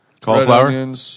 Cauliflower